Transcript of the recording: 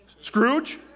Scrooge